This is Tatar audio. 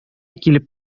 килеп